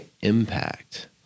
impact